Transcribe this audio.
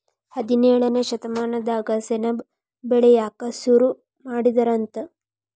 ಹದಿನೇಳನೇ ಶತಮಾನದಾಗ ಸೆಣಬ ಬೆಳಿಯಾಕ ಸುರು ಮಾಡಿದರಂತ